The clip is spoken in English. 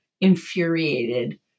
infuriated